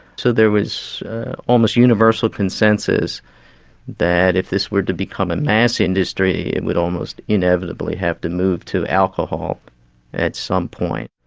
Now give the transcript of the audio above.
so there was almost universal consensus that if this were to become a mass industry, it would almost inevitably have to move to alcohol at some point.